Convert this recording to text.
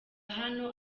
hano